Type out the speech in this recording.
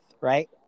right